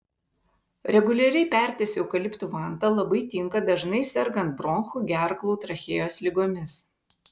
reguliariai pertis eukaliptų vanta labai tinka dažnai sergant bronchų gerklų trachėjos ligomis